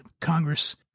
congress